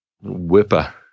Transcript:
whipper